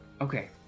okay